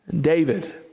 David